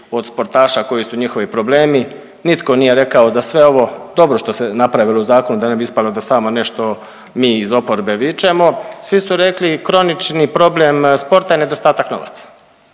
od sportaša koji su njihovi problemi. Nitko nije rekao za sve ovo dobro što se napravilo u zakonu, da ne bi ispalo da samo nešto mi iz oporbe vičemo. Svi su rekli, kronični problem sporta je nedostatak novaca.